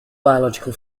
biological